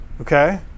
Okay